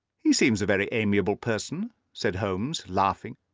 he seems a very amiable person, said holmes, laughing.